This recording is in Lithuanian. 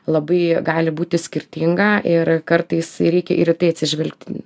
labai gali būti skirtinga ir kartais reikia ir tai atsižvelgti